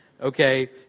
Okay